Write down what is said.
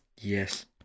Yes